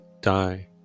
die